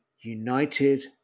united